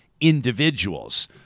individuals